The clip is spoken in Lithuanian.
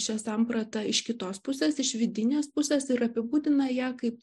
šią sampratą iš kitos pusės iš vidinės pusės ir apibūdina ją kaip